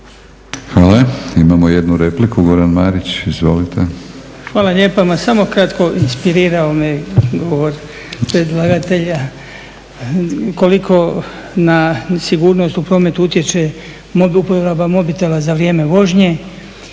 Hvala. Imamo jednu repliku goran Marić. Izvolite. **Marić, Goran (HDZ)** Hvala lijepa. Ma samo kratko, inspirirao me govor predlagatelja, koliko na sigurnost u prometu utječe uporaba mobitela za vrijeme vožnje,